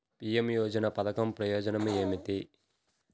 PM యోజన పధకం ప్రయోజనం ఏమితి?